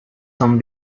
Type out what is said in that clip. son